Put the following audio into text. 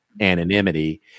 anonymity